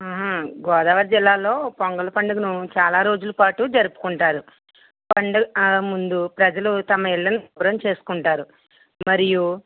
గోదారి జిల్లాలో పొంగలి పండుగను చాలా రోజులపాటు జరుపుకుంటారు పండుగ ముందు ప్రజలు తమ ఇళ్ళను శుభ్రం చేసుకుంటారు మరియు